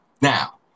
Now